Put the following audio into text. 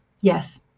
Yes